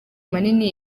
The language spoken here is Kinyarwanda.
manini